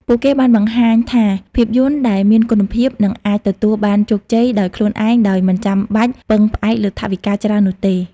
ពួកគេបានបង្ហាញថាភាពយន្តដែលមានគុណភាពនឹងអាចទទួលបានជោគជ័យដោយខ្លួនឯងដោយមិនចាំបាច់ពឹងផ្អែកលើថវិកាច្រើននោះទេ។